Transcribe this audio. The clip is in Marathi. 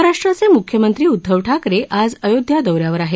महाराष्ट्राचे मुख्यमंत्री उदधव ठाकरे आज अयोध्या दौऱ्यावर आहेत